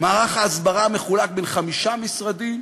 מערך ההסברה מחולק בין חמישה משרדים,